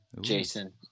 Jason